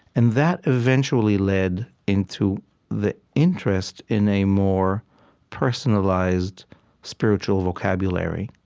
and that eventually led into the interest in a more personalized spiritual vocabulary